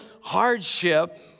hardship